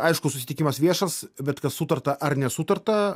aišku susitikimas viešas bet kas sutarta ar nesutarta